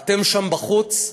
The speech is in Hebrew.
אתם שם בחוץ בשבילנו,